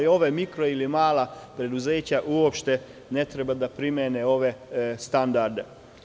Mikro i mala preduzeća uopšte ne treba da primenjuju ove standarde.